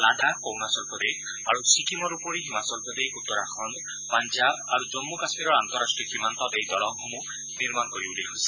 লাডাখ অৰুণাচল প্ৰদেশ আৰু চিকিমৰ উপৰি হিমাচল প্ৰদেশ উত্তৰাখণ্ড পাঞ্জাৱ আৰু জম্ম কাশ্মীৰৰ আন্তৰাষ্টীয় সীমান্তত এই দলংসমূহ নিৰ্মাণ কৰি উলিওৱা হৈছে